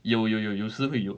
有有有有时会有